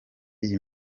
iyi